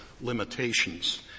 limitations